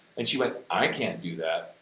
and she went, i can't do that.